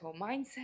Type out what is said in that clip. mindset